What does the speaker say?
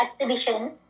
exhibition